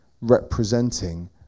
representing